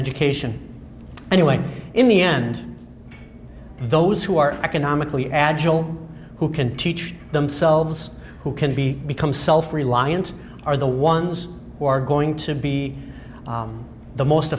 education anyway in the end those who are economically agile who can teach themselves who can be become self reliant are the ones who are going to be the most